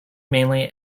mainly